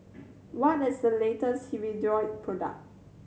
what is the latest Hirudoid product